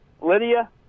Lydia